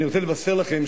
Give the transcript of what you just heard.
אני רוצה לבשר לכם,